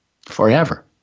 forever